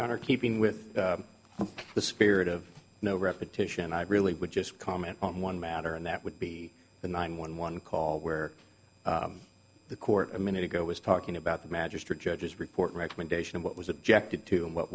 honor keeping with the spirit of no repetition i really would just comment on one matter and that would be the nine one one call where the court a minute ago was talking about the magistrate judge's report recommendation what was objected to and what